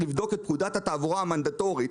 לבדוק את פקודת התעבורה המנדטורית,